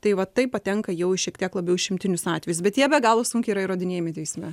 tai va tai patenka jau į šiek tiek labiau išimtinius atvejus bet jie be galo sunki yra įrodinėjami teisme